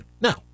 now